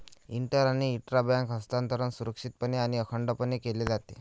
inter आणि intra bank हस्तांतरण सुरक्षितपणे आणि अखंडपणे केले जाते